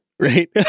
Right